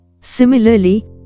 Similarly